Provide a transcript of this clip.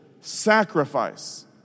sacrifice